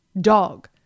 dog